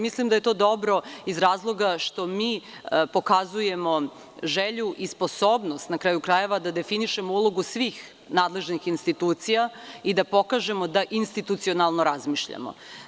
Mislim da je to dobro iz razloga što mi pokazujemo želju i sposobnost, na kraju krajeva, da definišemo, ulogu svih nadležnih institucija i da pokažemo da institucionalno razmišljamo.